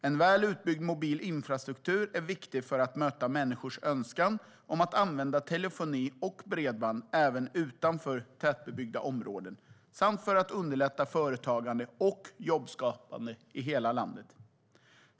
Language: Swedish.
En väl utbyggd mobil infrastruktur är viktig för att möta människors önskan om att använda telefoni och bredband även utanför tätbebyggda områden samt för att underlätta företagande och jobbskapande i hela landet.